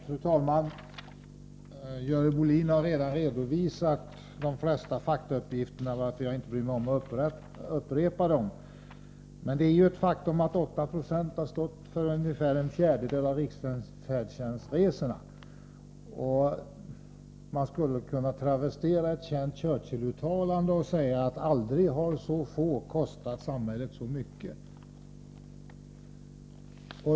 Fru talman! Görel Bohlin har redan redovisat de flesta faktauppgifterna, varför jag inte bryr mig om att upprepa dem. Det är ett faktum att 8 96 har stått för ungefär en fjärdedel av riksfärdtjänstresorna. Man skulle kunna travestera ett känt uttalande av Churchill och säga att aldrig har så få kostat samhället så mycket.